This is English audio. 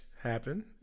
happen